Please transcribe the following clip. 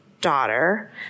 daughter